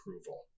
approval